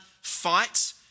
fight